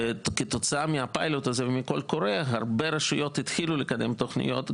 וכתוצאה מהפיילוט הזה ומהקול קורא הרבה רשויות התחילו לקדם תוכניות,